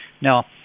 Now